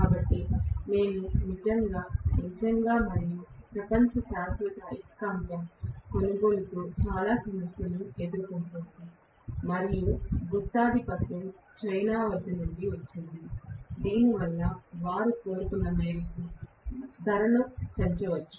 కాబట్టి మేము నిజంగా నిజంగా మరియు మన ప్రపంచం శాశ్వత అయస్కాంతం కొనుగోలుతో చాలా సమస్యలను ఎదుర్కొంటోంది మరియు గుత్తాధిపత్యం చైనా నుండి వచ్చింది దీనివల్ల వారు కోరుకున్న మేరకు ధరను పెంచవచ్చు